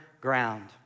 ground